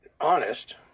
honest